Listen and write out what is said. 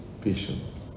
patience